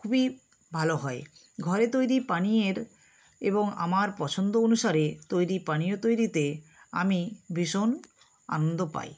খুবই ভালো হয় ঘরে তৈরি পানীয়ের এবং আমার পছন্দ অনুসারে তৈরি পানীয় তৈরিতে আমি ভীষণ আনন্দ পাই